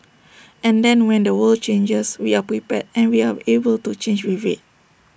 and then when the world changes we are prepared and we are able to change with IT